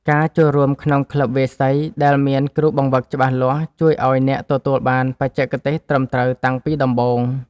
ការចូលរួមក្នុងក្លឹបវាយសីដែលមានគ្រូបង្វឹកច្បាស់លាស់ ជួយឱ្យអ្នកទទួលបានបច្ចេកទេសត្រឹមត្រូវតាំងពីដំបូង។